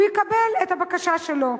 הוא יקבל את הבקשה שלו,